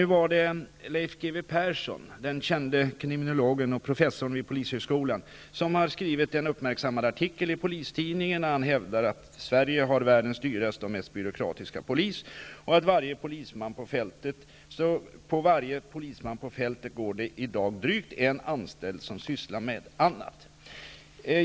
Leif G. W. Persson, den kände kriminologen och professorn vid polishögskolan, har skrivit en uppmärksammad artikel i Polistidningen. Han hävdar där att Sverige har världens dyraste och mest byråkratiska poliskår. För varje polisman på fältet går det i dag drygt en anställd som sysslar med annat.